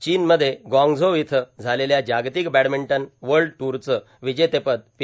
चीनमध्ये ग्वांगझू इथं झालेल्या जागतिक बॅडमिंटन वल्ड दूरचं विजेतेपद पी